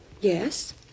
Yes